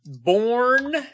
born